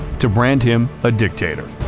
to brand him a dictator.